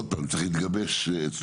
עוד פעם, צריך להתגבש אצלכם.